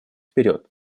вперед